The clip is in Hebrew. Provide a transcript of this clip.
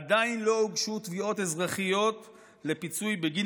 "עדיין לא הוגשו תביעות אזרחיות לפיצוי בגין